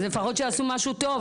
אז לפחות שיעשו משהו טוב.